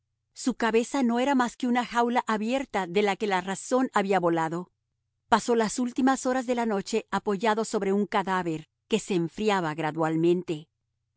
su cabeza no era más que una jaula abierta de la que la razón había volado pasó las últimas horas de la noche apoyado sobre un cadáver que se enfriaba gradualmente